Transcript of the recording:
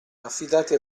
affidati